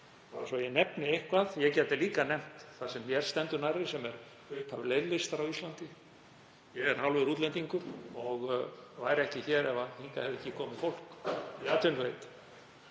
bara svo að ég nefni eitthvað. Ég gæti líka nefnt það sem mér stendur nærri sem er upphaf leirlistar á Íslandi. Ég er hálfur útlendingur og væri ekki hér ef hingað hefði ekki komið fólk í atvinnuleit.